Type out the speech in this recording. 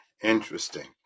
Interesting